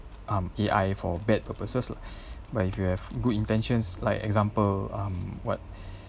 um A_I for bad purposes lah but if you have good intentions like example um what